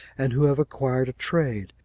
and who have acquired trade,